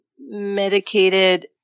medicated